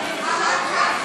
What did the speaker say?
אני מבקש לא להפריע לה.